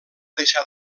deixar